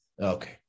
Okay